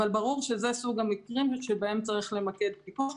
אבל ברור שזה סוג המקרים שבהם צריך למקד פיקוח,